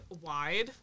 wide